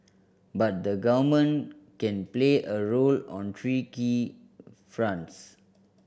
but the Government can play a role on three key fronts